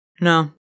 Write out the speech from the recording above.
No